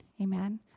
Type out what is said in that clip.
Amen